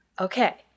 Okay